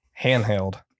Handheld